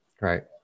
right